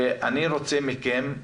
ואני רוצה מכם,